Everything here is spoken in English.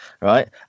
right